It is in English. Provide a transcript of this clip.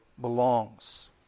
belongs